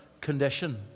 condition